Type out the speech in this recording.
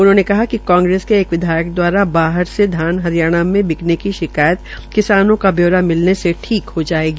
उन्होंने कहा िक कांग्रस के विधायक द्वारा बिहार से धान हरियाणा में बिकने की शिकायत किसानों का ब्यौरा मिलने से ठीक हो जायेगी